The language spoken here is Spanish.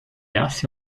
hace